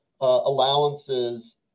allowances